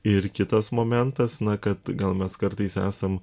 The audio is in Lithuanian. ir kitas momentas na kad gal mes kartais esam